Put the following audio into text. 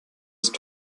ist